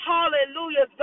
Hallelujah